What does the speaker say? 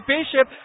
Bishop